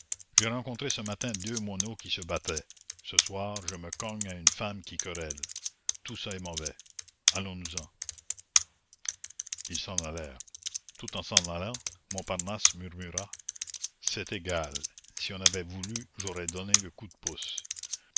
j'ai rencontré ce matin deux moineaux qui se battaient ce soir je me cogne à une femme qui querelle tout ça est mauvais allons-nous-en ils s'en allèrent tout en s'en allant montparnasse murmura c'est égal si on avait voulu j'aurais donné le coup de pouce